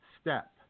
step